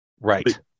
Right